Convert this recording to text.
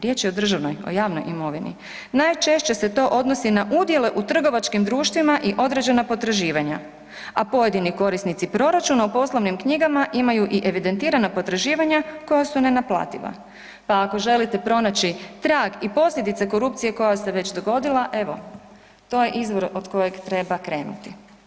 Riječ je o državnoj, o javnoj imovini, najčešće se to odnosi na udjele u trgovačkim društvima i određena potraživanja, a pojedini korisnici proračuna u poslovnim knjigama imaju i evidentirana potraživanja koja su nenaplativa pa ako želite pronaći trag i posljedice korupcije koja se već dogodila, evo, to je izvor od kojeg treba krenuti.